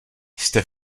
jste